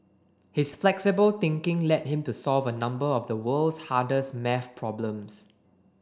his flexible thinking led him to solve a number of the world's hardest maths problems